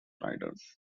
riders